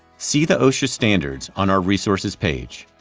see the osha standards on our resources page.